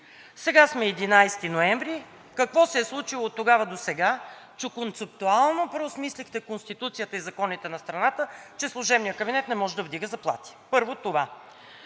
Сега сме 11 ноември, какво се е случило оттогава досега, че концептуално преосмислихте Конституцията и законите на страната, че служебният кабинет не може да вдига заплати? Първо това.